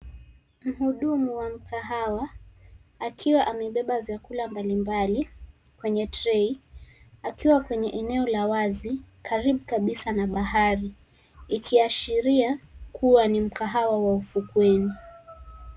Mhudumu wa mkahawa, akiwa aembeba vyakula mbalimbali, kwenye trei, akiwa kwenye eneo la wazi karibu kabisa na bahari, ikiashiria kuwa ni mkahawa wa ufukweni.